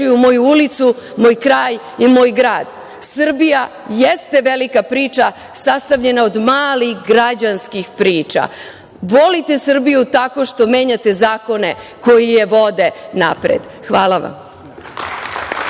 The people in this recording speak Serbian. moju ulicu, moj kraj i moj grad. Srbija jeste velika priča sastavljena od malih građanskih priča. Volite Srbiju tako što menjate zakone koji je vode napred. Hvala vam.